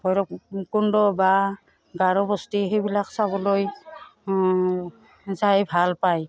ভৈৰৱকুণ্ড বা গাৰোবস্তি সেইবিলাক চাবলৈ যায় ভাল পায়